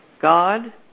God